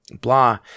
blah